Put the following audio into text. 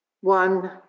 one